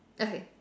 okay